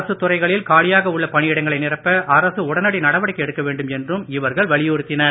அரசுத் துறைகளில் காலியாக உள்ள பணியிடங்களை நிரப்ப அரசு உடனடி நடவடிக்கை எடுக்க வேண்டும் என்றும் இவர்கள் வலியுறுத்தினர்